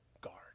guard